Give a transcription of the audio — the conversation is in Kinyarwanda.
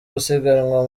gusiganwa